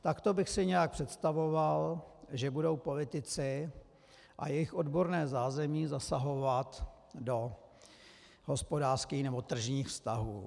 Takto bych si nějak představoval, že budou politici a jejich odborné zázemí zasahovat do hospodářských nebo tržních vztahů.